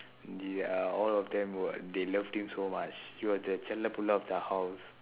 they are all of them were like they loved him so much he was the of the house